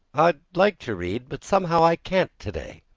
i'd like to read, but somehow i can't today.